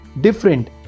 different